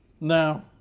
No